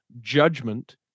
judgment